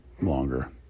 longer